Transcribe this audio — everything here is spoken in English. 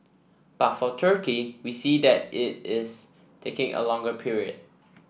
but for Turkey we see that it is taking a longer period